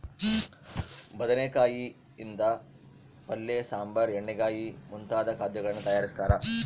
ಬದನೆಕಾಯಿ ಯಿಂದ ಪಲ್ಯ ಸಾಂಬಾರ್ ಎಣ್ಣೆಗಾಯಿ ಮುಂತಾದ ಖಾದ್ಯಗಳನ್ನು ತಯಾರಿಸ್ತಾರ